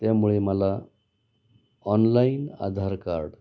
त्यामुळे मला online Aadhaar card